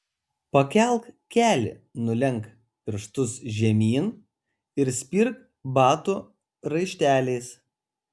pakelk kelį nulenk pirštus žemyn ir spirk batų raišteliais